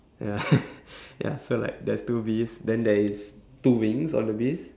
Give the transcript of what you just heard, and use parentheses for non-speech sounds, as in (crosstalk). ya (laughs) ya so like there's two bees then there is two wings on the bees